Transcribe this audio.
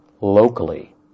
locally